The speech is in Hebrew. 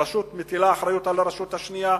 רשות אחת מטילה אחריות על הרשות השנייה.